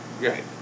Right